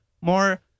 more